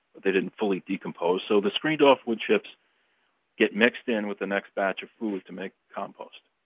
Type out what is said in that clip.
they didn't fully decompose. so the screened-off wood chips get mixed in with the next batch of food to make compost.